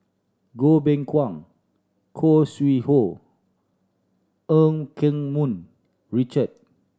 Goh Beng Kwan Khoo Sui Hoe Eu Keng Mun Richard